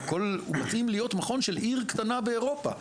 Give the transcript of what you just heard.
שמתאים להיות מכון של עיר קטנה באירופה,